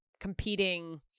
competing